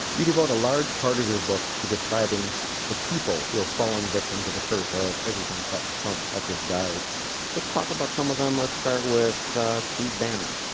you devote a large part of your book to describing the people who have fallen victim to the curse of everything trump touches guys let's talk about some of them. let's start with steve bannon